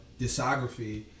discography